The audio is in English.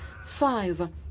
five